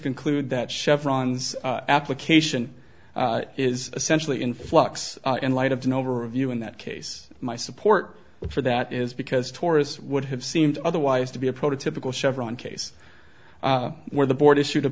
conclude that chevron's application is essentially in flux in light of the number of you in that case my support for that is because taurus would have seemed otherwise to be a prototypical chevron case where the board issue